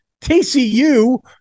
TCU